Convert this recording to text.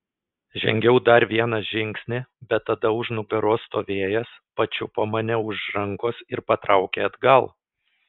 žengiau dar vieną žingsnį bet tada už nugaros stovėjęs pačiupo mane už rankos ir patraukė atgal